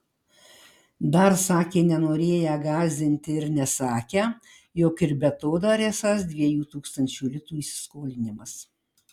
dar sakė nenorėję gąsdinti ir nesakę jog ir be to dar esąs dviejų tūkstančių litų įsiskolinimas